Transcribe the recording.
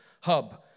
hub